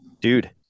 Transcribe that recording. dude